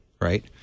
Right